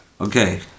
Okay